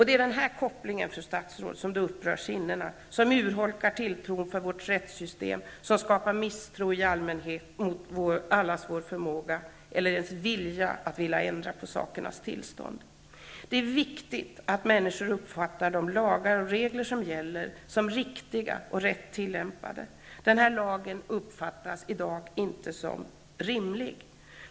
Det är den här kopplingen, fru statsråd, som upprör sinnena, som urholkar tilltron till vårt rättssystem, som skapar misstro i allmänhet mot allas vår förmåga eller ens vilja att ändra på sakernas tillstånd. Det är viktigt att människor uppfattar de lagar och regler som gäller som riktiga och rätt tillämpade. Skadeståndslagen uppfattas i dag inte som rimlig.